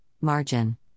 margin